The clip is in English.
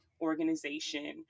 organization